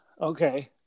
Okay